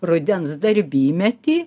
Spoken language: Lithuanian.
rudens darbymetį